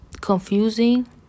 confusing